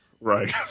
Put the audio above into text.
right